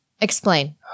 Explain